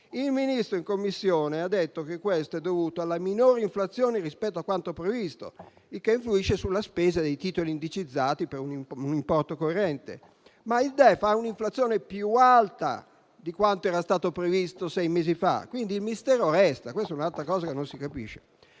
Il Ministro in Commissione ha detto che questo è dovuto alla minore inflazione rispetto a quanto previsto, il che influisce sulla spesa dei titoli indicizzati per un importo corrente, ma il DEF ha un'inflazione più alta di quanto era stato previsto sei mesi fa, quindi il mistero resta. Questa è un'altra cosa che non si capisce.